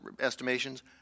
estimations